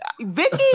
Vicky